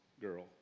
girl